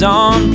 on